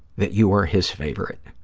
that you were his favorite.